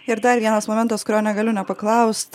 ir dar vienas momentas kurio negaliu nepaklaust